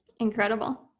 Incredible